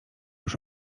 już